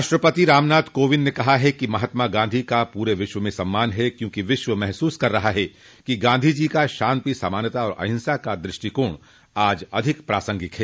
राष्ट्रपति रामनाथ कोविंद ने कहा है कि महात्मा गांधी का पूरे विश्व में सम्मान है क्योंकि विश्व महसूस कर रहा है कि गांधी जी का शांति समानता और अहिंसा का द्रष्टिकोण आज अधिक प्रासंगिक है